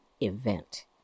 event